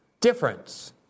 difference